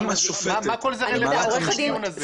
מה כל זה רלוונטי לדיון הזה?